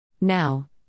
Now